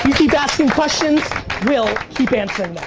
keep asking questions we'll keep answering